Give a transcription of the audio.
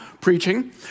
preaching